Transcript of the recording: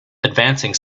advancing